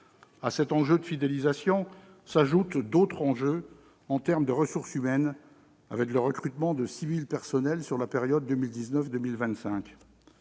À cet enjeu de fidélisation s'ajoutent d'autres enjeux en termes de ressources humaines, avec le recrutement de 6 000 personnels sur la période 2019-2025.